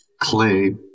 clay